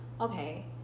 okay